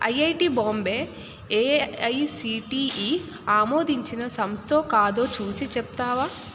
IIT Bombay AICTE ఆమోదించిన సంస్థో కాదో చూసి చెప్తావా